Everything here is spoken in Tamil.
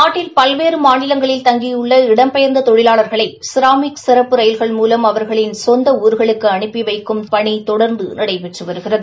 நாட்டில் பல்வேறு மாநிலங்களில் தங்கியுள்ள இடம்பெயர்ந்த தொழிவாளர்களை ஸ்ராமிக் சிறப்பு ரயில்கள் மூலம் அவர்களின் சொந்த ஊர்களுக்கு அனுப்பி வைக்கும் பணி தொடர்ந்து நடைபெற்று வருகிறது